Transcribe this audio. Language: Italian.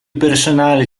personale